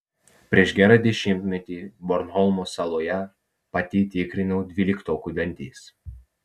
prieš gerą dešimtmetį bornholmo saloje pati tikrinau dvyliktokų dantis